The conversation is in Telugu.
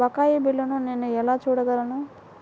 బకాయి బిల్లును నేను ఎలా చూడగలను?